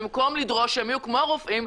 במקום לדרוש שהם יהיו כמו הרופאים,